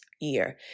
year